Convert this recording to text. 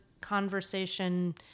conversation